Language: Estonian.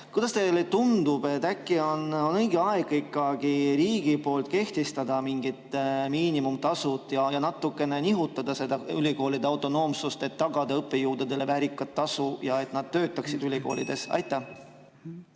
Kuidas teile tundub, äkki on õige aeg ikkagi riigil kehtestada mingid miinimumtasud ja natukene nihutada seda ülikoolide autonoomsust, et tagada õppejõududele väärikas tasu ja et nad töötaksid [edaspidigi] ülikoolides? Aitäh!